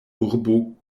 urbo